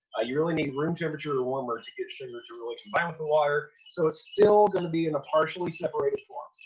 you really need room temperature or warmer to get sugar to really combine with the water, so it's still going to be in a partially separated form,